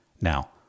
Now